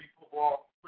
football